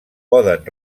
poden